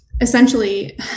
Essentially